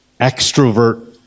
extrovert